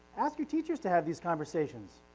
ask your teachers to have these conversations.